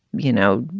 you know,